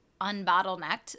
unbottlenecked